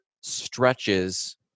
stretches